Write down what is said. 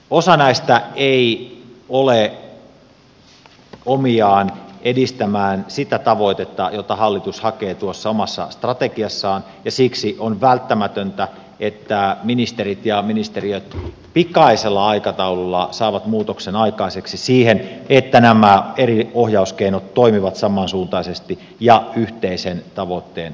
osa näistä ei ole omiaan edistämään sitä tavoitetta jota hallitus hakee tuossa omassa strategiassaan ja siksi on välttämätöntä että ministerit ja ministeriöt pikaisella aikataululla saavat muutoksen aikaiseksi siihen että nämä eri ohjauskeinot toimivat samansuuntaisesti ja yhteisen tavoitteen saavuttamiseksi